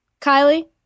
Kylie